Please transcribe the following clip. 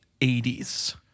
80s